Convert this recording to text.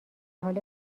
حال